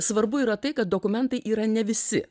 svarbu yra tai kad dokumentai yra ne visi